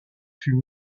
fut